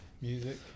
Music